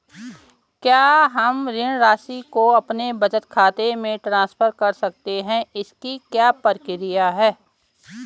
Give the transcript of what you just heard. क्या हम ऋण राशि को अपने बचत खाते में ट्रांसफर कर सकते हैं इसकी क्या प्रक्रिया है?